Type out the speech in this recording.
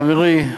חברי,